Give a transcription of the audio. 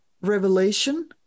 revelation